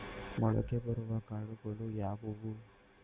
ಮೊಳಕೆ ಬರುವ ಕಾಳುಗಳು ಯಾವುವು?